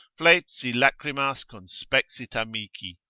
flet si lachrymas conspexit amici.